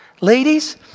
Ladies